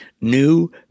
new